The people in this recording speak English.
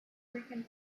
weekend